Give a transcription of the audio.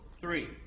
three